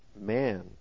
man